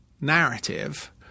narrative